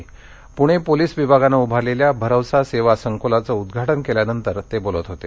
Pune police विभागानं उभारलेल्या भरवसा सेवा संकुलाचं उद्घाटन केल्यानंतर ते बोलत होते